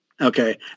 Okay